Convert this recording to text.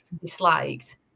disliked